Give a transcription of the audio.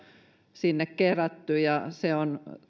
sinne kerätty ja se on